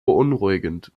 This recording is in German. beunruhigend